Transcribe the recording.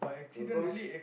no cause